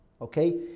Okay